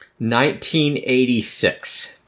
1986